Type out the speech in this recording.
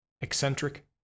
Eccentric